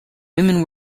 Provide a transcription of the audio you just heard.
women